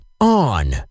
On